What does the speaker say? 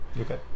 Okay